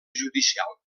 judicial